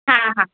हा हा